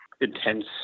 intense